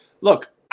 look